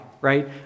right